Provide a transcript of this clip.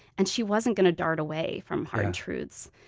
and she wasn't going to dart away from hard truths.